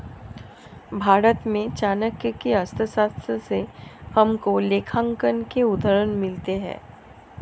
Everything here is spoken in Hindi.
भारत में चाणक्य की अर्थशास्त्र से हमको लेखांकन के उदाहरण मिलते हैं